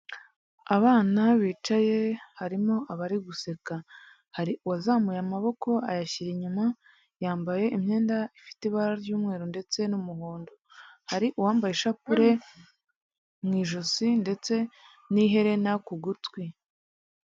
Abana bicaye harimo abari guseka, hari uwazamuye amaboko ayashyira inyuma yambaye imyenda ifite ibara ry'umweru ndetse n'umuhondo, hari uwambaye ishapule mu ijosi ndetse n'iherena ku gutwi.